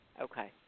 Okay